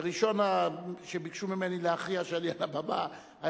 הראשון שביקש ממני להכריע כשאני על הבמה היה